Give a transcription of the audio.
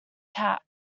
cap